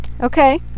Okay